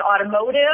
automotive